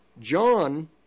John